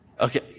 Okay